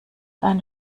einen